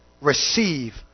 Receive